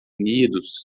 unidos